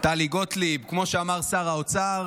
טלי גוטליב, כמו שאמר שר האוצר,